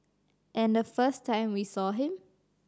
and the first time we saw him